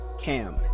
Cam